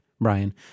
Brian